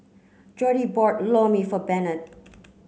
Jordi bought Lor Mee for Bennett